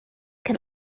can